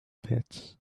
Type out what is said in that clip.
pit